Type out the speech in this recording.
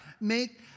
make